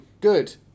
good